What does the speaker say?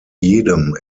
jedem